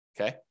okay